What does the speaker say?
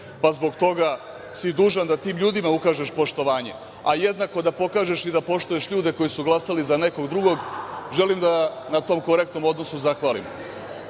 pa, zbog toga si dužan da tim ljudima ukažeš poštovanje, a jednako da pokažeš i da poštuješ ljude koji su glasali za nekog drugog. Želim da na tom korektnom odnosu zahvalim.